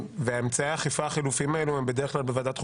ואמצעי האכיפה החלופיים האלו הם בדרך כלל בוועדת החוקה.